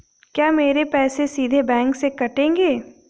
क्या मेरे पैसे सीधे बैंक से कटेंगे?